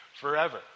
forever